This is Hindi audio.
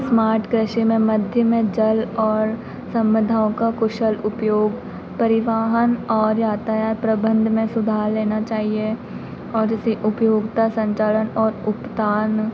स्मार्ट कृषि में मध्य में जल और समधाओं का कुशल उपयोग परिवहन और यातायात प्रबंध में सुधार रहना चाहिए और इसे उपयोगिता संचालन और उपदान